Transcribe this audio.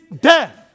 death